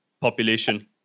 population